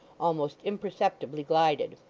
almost imperceptibly glided